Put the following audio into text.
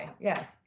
Yes